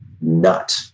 nut